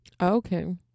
Okay